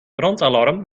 brandalarm